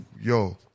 yo